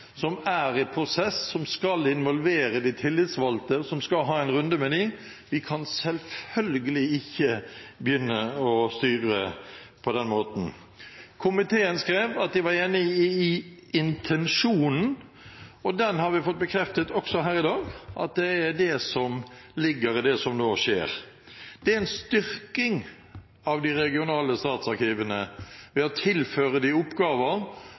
som er i prosess, som skal involvere de tillitsvalgte, og som skal ha en runde med dem. Vi kan selvfølgelig ikke begynne å styre på den måten. Komiteen skrev at de var enig i intensjonen. Vi har fått bekreftet også her i dag at det er det som ligger i det som nå skjer. Det er en styrking av de regionale statsarkivene å tilføre dem oppgaver og mulighet for å bygge kompetansemiljøer. Det er en styrking av de